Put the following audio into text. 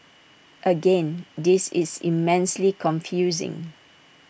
again this is immensely confusing